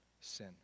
sin